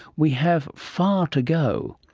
we have far to go.